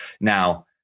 Now